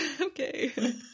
okay